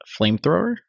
flamethrower